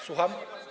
Słucham?